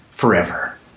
forever